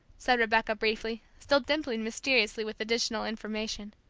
said rebecca, briefly, still dimpling mysteriously with additional information.